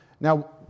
Now